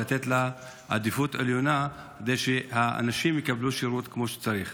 לתת לה עדיפות עליונה כדי שהאנשים יקבלו שירות כמו שצריך.